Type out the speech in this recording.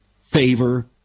favor